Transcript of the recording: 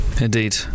Indeed